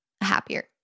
happier